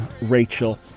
Rachel